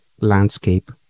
Landscape